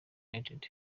united